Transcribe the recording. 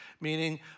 meaning